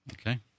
Okay